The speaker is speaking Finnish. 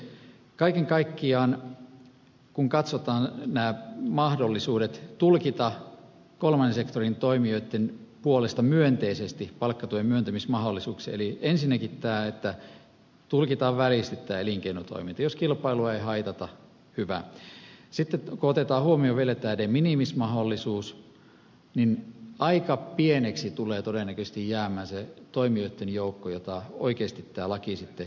kaiken kaikkiaan kun katsotaan nämä mahdollisuudet tulkita kolmannen sektorin toimijoitten puolesta myönteisesti palkkatuen myöntämismahdollisuuksia eli ensinnäkin tämä että tulkitaan väljästi tämä elinkeinotoiminta jos kilpailua ei haitata hyvä ja sitten kun otetaan huomioon vielä tämä de minimis mahdollisuus niin aika pieneksi tulee todennäköisesti jäämään se toimijoitten joukko jota oikeasti tämä laki koskee